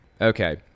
Okay